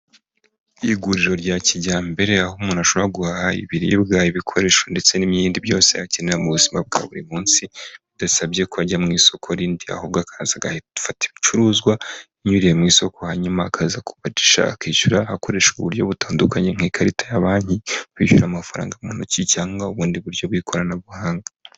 Iguriro rya kijyambere aho umuntu ashobora guha ibiribwa ibikoresho ndetse n'ibindi byose akenewe mu buzima bwa buri munsi bidasabye ko ajya mu isoko rindi, ahubwo akaza agafata ibicuruzwa binyuriye mu isoko hanyuma akaza kubarisha akishyura hakoreshwa uburyo butandukanye nk'ikarita ya banki, kwishyura amafaranga mu ntoki cyangwa ubundi buryo bw'ikoranabuhanga.